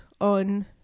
on